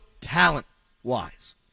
talent-wise